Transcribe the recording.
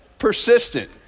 persistent